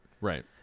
Right